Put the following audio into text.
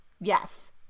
Yes